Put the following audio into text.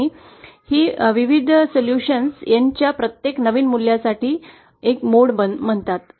आणि ही विविध निकनीराकरणे N च्या प्रत्येक नवीन मूल्यांसाठी विविध मोड म्हणतात